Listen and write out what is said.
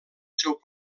seu